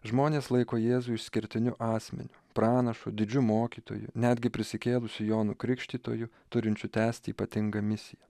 žmonės laiko jėzų išskirtiniu asmeniu pranašu didžiu mokytoju netgi prisikėlusiu jonu krikštytoju turinčiu tęsti ypatingą misiją